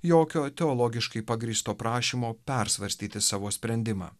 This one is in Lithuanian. jokio teologiškai pagrįsto prašymo persvarstyti savo sprendimą